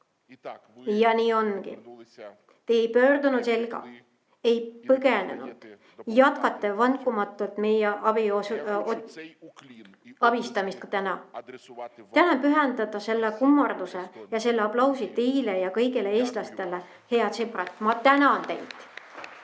Ja nii ongi. Te ei pööranud selga, ei põgenenud, jätkate vankumatult meie abistamist ka täna. Tahan pühendada selle kummarduse ja selle aplausi teile ja kõigile eestlastele. Head sõbrad, ma tänan teid!